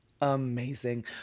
Amazing